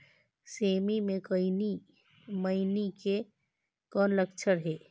सेमी मे मईनी के कौन लक्षण हे?